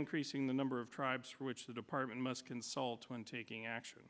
increasing the number of tribes for which the department must consult when taking action